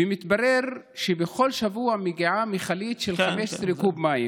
ומתברר שבכל שבוע מגיעה מכלית של 15 קוב מים.